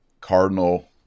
Cardinal